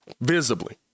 visibly